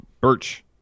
Birch